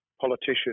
politician